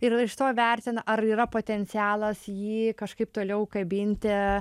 ir iš to vertina ar yra potencialas jį kažkaip toliau kabinti